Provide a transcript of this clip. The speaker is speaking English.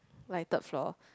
like third floor